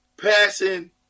passing